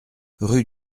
rue